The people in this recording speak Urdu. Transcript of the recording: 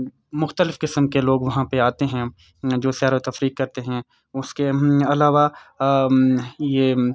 مختلف قسم کے لوگ وہاں پہ آتے ہیں جو سیر و تفریح کرتے ہیں اس کے علاوہ یہ